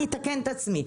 אתקן את עצמי,